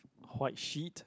white sheet